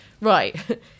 right